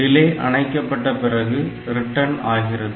delay அணைக்கப்பட்ட பிறகு return ஆகிறது